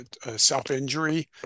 self-injury